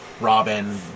Robin